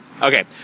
Okay